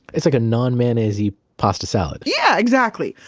it's like a non-mayonaissey pasta salad yeah, exactly!